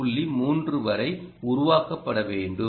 3 ஆம் வரை உருவாக்கப் பட வேண்டும்